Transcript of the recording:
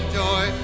joy